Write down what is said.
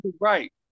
right